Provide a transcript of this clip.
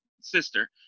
sister